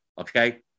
Okay